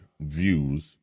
views